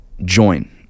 join